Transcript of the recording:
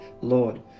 Lord